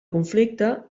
conflicte